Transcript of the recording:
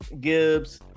Gibbs